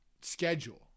schedule